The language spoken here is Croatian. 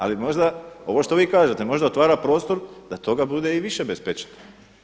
Ali možda ovo što vi kažete, možda otvara prostor da toga bude i više bez pečata.